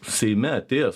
seime atėjęs